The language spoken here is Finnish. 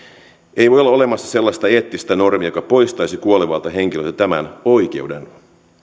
ei voi olla olemassa sellaista eettistä normia joka poistaisi kuolevalta henkilöltä tämän oikeuden